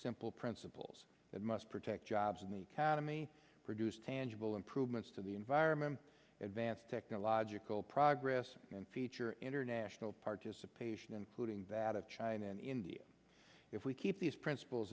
simple principles that must protect jobs in the economy produce tangible improvements to the environment advance technological progress and feature international participation including that of china and india if we keep these princip